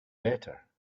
better